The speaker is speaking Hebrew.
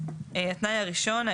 התנאי הראשון,